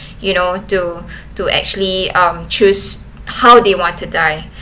you know to to actually um choose how they want to die